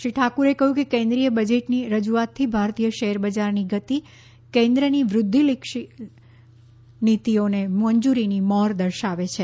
શ્રી ઠાકુરે કહ્યું કે કેન્દ્રિય બજેટની રજૂઆતથી ભારતીય શેરબજારની ગતિ કેન્દ્રની વૃદ્ધિલક્ષી નીતિઓને મંજૂરીની મહોર દર્શાવે છે